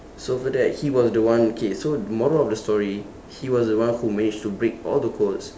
so after that he was the one okay so moral of the story he was the one who manage to break all the codes